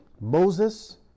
Moses